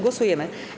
Głosujemy.